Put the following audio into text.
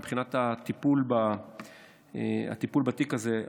מבחינת הטיפול בתיק הזה,